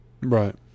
Right